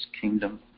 kingdom